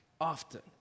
often